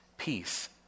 peace